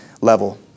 level